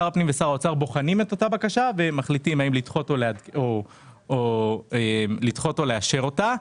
שהם בוחנים את אותה הבקשה ומחליטים האם לדחות או לאשר אותה.